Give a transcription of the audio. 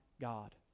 god